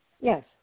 Yes